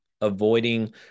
avoiding